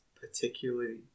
particularly